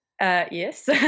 yes